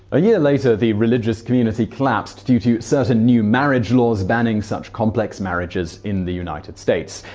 a year later, the religious community collapsed due to certain new marriage laws banning such complex marriages in the united states.